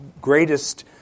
greatest